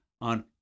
on